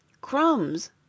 Crumbs